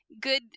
good